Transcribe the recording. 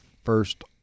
First